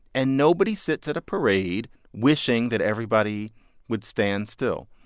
and nobody sits at a parade wishing that everybody would stand still.